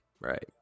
Right